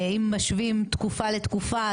אם משווים תקופה לתקופה,